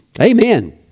Amen